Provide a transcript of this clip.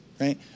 right